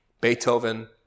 Beethoven